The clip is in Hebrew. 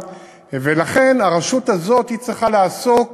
ולכן הרשות הזאת צריכה לעסוק